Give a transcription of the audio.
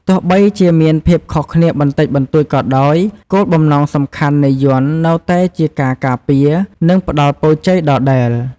ទោះបីជាមានភាពខុសគ្នាបន្តិចបន្តួចក៏ដោយ គោលបំណងសំខាន់នៃយ័ន្តនៅតែជាការការពារ និងផ្ដល់ពរជ័យដដែល។